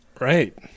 Right